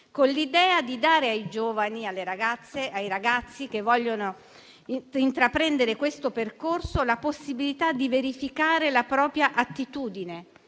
con l'idea di dare ai giovani, alle ragazze e ai ragazzi che vogliono intraprendere questo percorso la possibilità di verificare la propria attitudine.